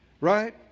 Right